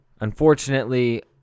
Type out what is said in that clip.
Unfortunately